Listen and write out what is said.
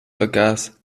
vergaß